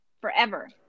forever